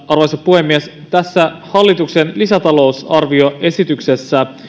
arvoisa puhemies tässä hallituksen lisätalousarvioesityksessä